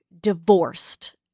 divorced